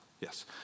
yes